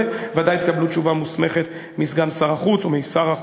ודאי תקבלו תשובה מוסמכת מסגן שר החוץ או משר החוץ.